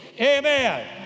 amen